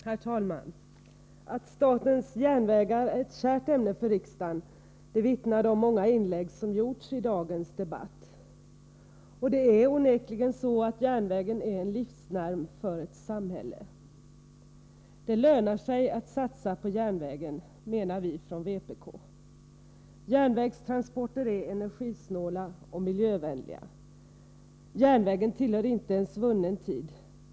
Herr talman! Att statens järnvägar är ett kärt ämne för riksdagen, det vittnar de många inlägg som gjorts i dagens debatt om. Och det är onekligen så att järnvägen är en livsnerv för ett samhälle. Det lönar sig att satsa på järnvägen, menar vi från vpk. Järnvägstransporter är energisnåla och miljövänliga. Järnvägen tillhör inte en svunnen tid.